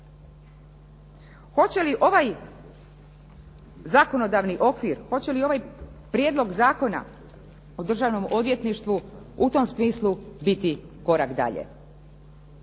Hoće li ovaj zakonodavni okvir, hoće li ovaj Prijedlog zakona o državnom odvjetništvu u tom smislu biti korak dalje?